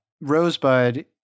Rosebud